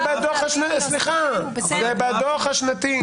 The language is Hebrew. סליחה, זה בדו"ח השנתי.